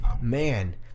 man